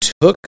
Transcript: took